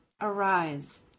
Arise